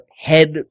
head